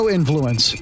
Influence